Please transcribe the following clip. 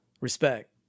Respect